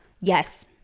Yes